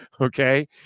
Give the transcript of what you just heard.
okay